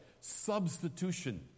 Substitution